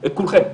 את כולכם.